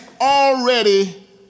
already